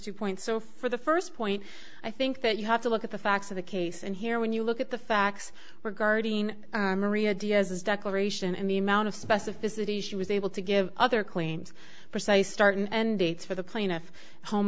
two points so for the first point i think that you have to look at the facts of the case and here when you look at the facts regarding maria diaz his declaration and the amount of specificity she was able to give other claims for say start and end dates for the plaintiff home